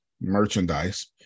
merchandise